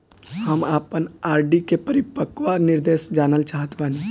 हम आपन आर.डी के परिपक्वता निर्देश जानल चाहत बानी